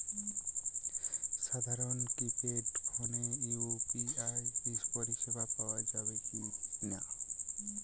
সাধারণ কিপেড ফোনে ইউ.পি.আই পরিসেবা পাওয়া যাবে কিনা?